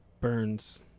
burns